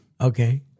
Okay